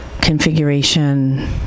configuration